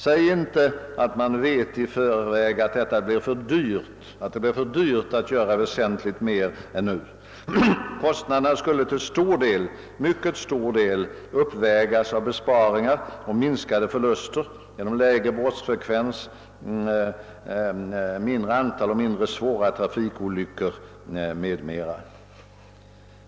Säg inte att man i förväg vet att det blir för dyrt att göra väsentligt mer än nu. Kostnaderna skulle till mycket stor del uppvägas av besparingar och minskade förluster genom lägre brottsfrekvens, mindre antal och mindre svåra trafikolyckor m.m.